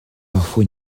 parfois